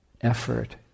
effort